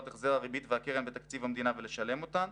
החזר הריבית והקרן בתקציב המדינה ולשלם אותם,